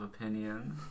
opinion